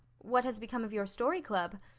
what has become of your story club?